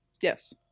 Yes